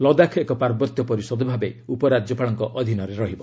ଲଦାଖ ଏକ ପାର୍ବତ୍ୟ ପରିଷଦ ଭାବେ ଉପରାଜ୍ୟପାଳଙ୍କ ଅଧୀନରେ ରହିବ